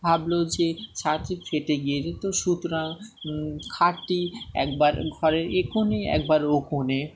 ভাবলো যে ছাদটি ফেটে গিয়ে যেতো সুতরাং খাটটি একবার ঘরের এ কোণে একবার ও কোণে